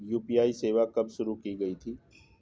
UPI सेवा कब शुरू की गई थी?